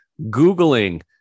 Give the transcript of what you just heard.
Googling